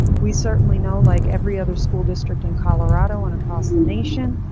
we certainly know like every other school district in colorado and across the nation,